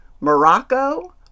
Morocco